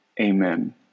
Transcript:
amen